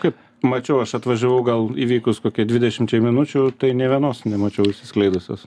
kaip mačiau aš atvažiavau gal įvykus kokiai dvidešimčiai minučių tai nė vienos nemačiau išsiskleidusios